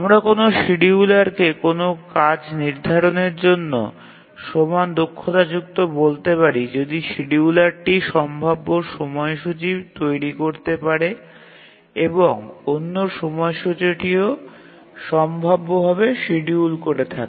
আমরা কোন শিডিয়ুলারকে কোনও কাজ নির্ধারণের জন্য সমান দক্ষতাযুক্ত বলতে পারি যদি শিডিয়ুলারটি সম্ভাব্য সময়সূচী তৈরি করতে পারে এবং অন্য সময়সূচীটিও সম্ভাব্যভাবে শিডিউল হয়ে থাকে